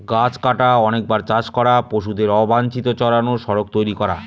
গাছ কাটা, অনেকবার চাষ করা, পশুদের অবাঞ্চিত চড়ানো, সড়ক তৈরী করা